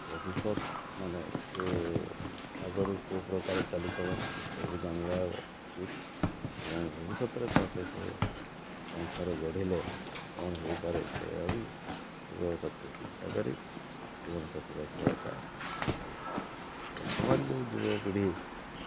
ଭବିଷ୍ୟତ ମାନେ ଆଗରୁ କୋଉ ପ୍ରକାର ଚାଲିଚଳନ ସବୁ ଜାଣିବା ଉଚିତ୍ ଏବଂ ଭବିଷ୍ୟତରେ ତା ସହିତ ସଂସାର ଗଢ଼ିଲେ କ'ଣ ହେଇପାରେ ସେଇଆ ବି ଆଗ ପଛ ଚିନ୍ତାକରି ଜୀବନସାଥି ବାଛିବା'ଟା ଉଚିତ୍ ହେବ ବର୍ତ୍ତମାନ୍ ଯୋଉ ଯୁବପିଢ଼ି